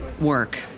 work